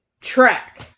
track